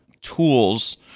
tools